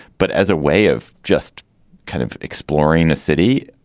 but as a way of just kind of exploring a city.